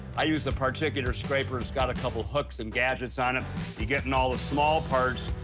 i use a particular scraper that's got a couple hooks and gadgets on it to get in all the small parts.